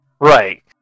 Right